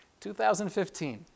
2015